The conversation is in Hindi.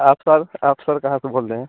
आप सर आप सर कहाँ से बोल रहे हैं